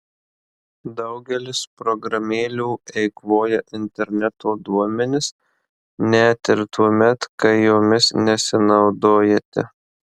daugelis programėlių eikvoja interneto duomenis net ir tuomet kai jomis nesinaudojate